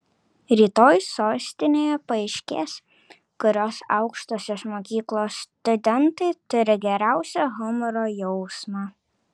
rytoj sostinėje paaiškės kurios aukštosios mokyklos studentai turi geriausią humoro jausmą